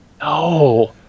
No